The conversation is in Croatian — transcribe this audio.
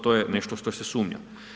To je nešto što se sumnja.